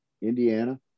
indiana